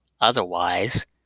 otherwise